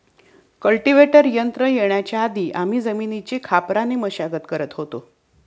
cultivator यंत्र येण्याच्या आधी आम्ही जमिनीची खापराने मशागत करत होतो